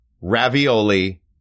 ravioli